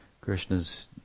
Krishna's